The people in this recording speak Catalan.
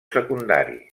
secundari